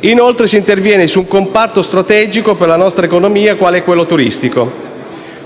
inoltre, su un comparto strategico per la nostra economia, il turismo.